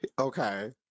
okay